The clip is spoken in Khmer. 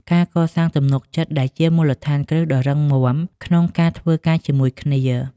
ការកសាងទំនុកចិត្ត ដែលជាមូលដ្ឋានគ្រឹះដ៏រឹងមាំក្នុងការធ្វើការជាមួយគ្នា។